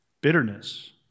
bitterness